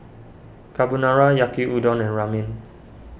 Carbonara Yaki Udon and Ramen